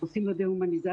עושים לו דה-הומניזציה,